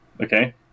okay